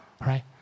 right